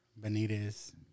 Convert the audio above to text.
Benitez